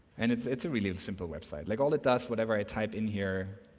and it's it's a really simple website like all it does whenever i type in here